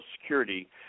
Security